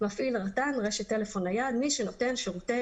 "מפעיל רט"ן" (רשת טלפון נייד) מי שנותן שירותי